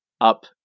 up